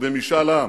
ומשאל עם,